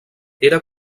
era